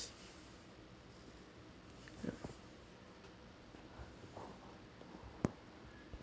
ya